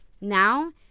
now